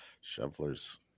Shoveler's